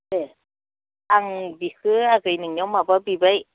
देह आं बेखौ आगै नोंनियाव माबा बिबाय